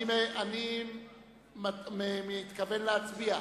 אני מתכוון להצביע.